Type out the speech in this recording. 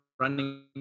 running